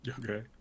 Okay